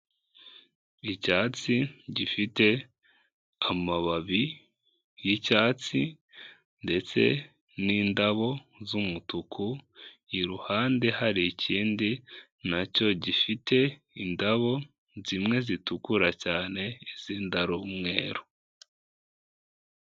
Icyatsi gifite amababi y'icyatsi ndetse n'indabo z'umutuku, iruhande hari ikindi nacyo gifite indabo zimwe zitukura cyane izindi ari umweru.